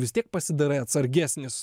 vis tiek pasidarai atsargesnis